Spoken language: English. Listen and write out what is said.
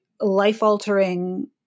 life-altering